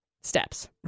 steps